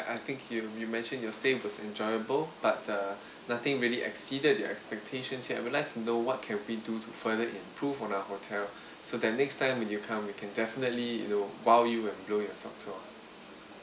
I think you you mentioned your stay was enjoyable but uh nothing really exceeded your expectations I would like to know what can we do to further improve on our hotel so the next time when you come we can definitely you know !wow! you and blow your sock off